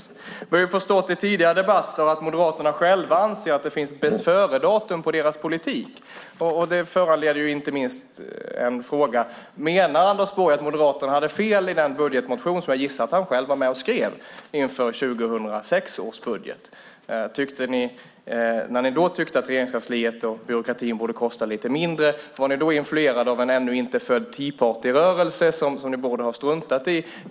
I tidigare debatter har vi förstått att Moderaterna själva anser att det finns bästföredatum på deras politik. Det föranleder en fråga: Menar Anders Borg att Moderaterna hade fel i den budgetmotion som jag gissar att han själv var med och skrev inför 2006 års budget? När ni då tyckte att Regeringskansliet och byråkratin borde kosta lite mindre var ni då influerade av en ännu inte född Tea party-rörelse som ni borde ha struntat i?